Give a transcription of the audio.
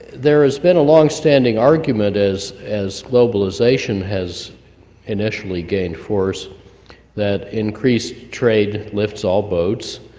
there has been a longstanding argument as as globalization has initially gained force that increased trade lifts all boats,